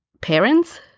parents